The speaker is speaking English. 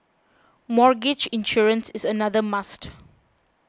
mortgage insurance is another must